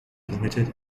limited